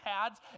pads